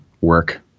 work